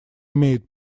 имеет